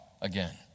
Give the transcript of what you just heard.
again